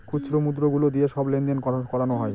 খুচরো মুদ্রা গুলো দিয়ে সব লেনদেন করানো হয়